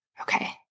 okay